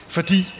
Fordi